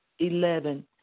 Eleven